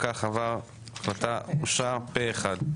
אם כך עבר ההחלטה אושרה פה אחד.